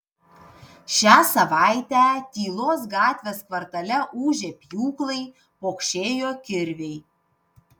šią savaitę tylos gatvės kvartale ūžė pjūklai pokšėjo kirviai